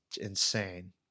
insane